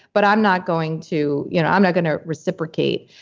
but i'm not going to you know i'm not going to reciprocate.